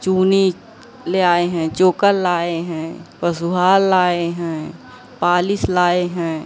चूनी ले आए हैं चोकर लाए हैं पशुहार लाए हैं पालिस लाए हैं